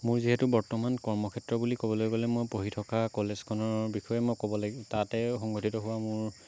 মোৰ যিহেতু বৰ্তমান কৰ্মক্ষেত্ৰ বুলি ক'বলৈ গ'লে মই পঢ়ি থকা কলেজখনৰ বিষয়ে মই ক'ব লাগিব তাতে সংঘটিত হোৱা মোৰ